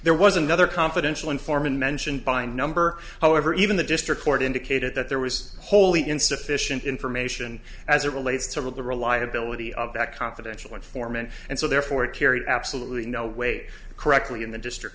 there was another confidential informant mentioned by a number however even the district court indicated that there was wholly insufficient information as it relates to the reliability of that confidential informant and so therefore it carried absolutely no weight correctly in the district